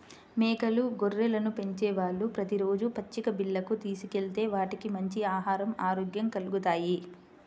మేకలు, గొర్రెలను పెంచేవాళ్ళు ప్రతి రోజూ పచ్చిక బీల్లకు తీసుకెళ్తే వాటికి మంచి ఆహరం, ఆరోగ్యం కల్గుతాయి